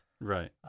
right